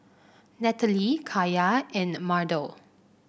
Natalie Kaya and Mardell